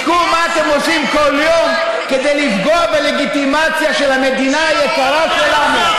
בדקו מה אתם עושים כל יום כדי לפגוע בלגיטימציה של המדינה היקרה שלנו,